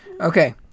Okay